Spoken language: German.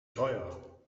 teuer